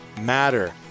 matter